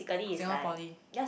Singapore Poly